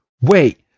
Wait